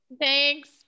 Thanks